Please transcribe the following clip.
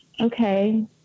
Okay